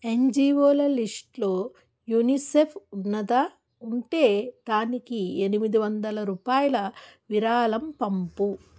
ఎన్జీవోల లిస్ట్లో యునిసెఫ్ ఉన్నదా ఉంటే దానికి ఎనిమిది వందల రూపాయల విరాళం పంపు